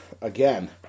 again